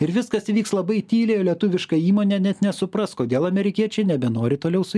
ir viskas įvyks labai tyliai lietuviška įmonė net nesupras kodėl amerikiečiai nebenori toliau su